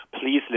Please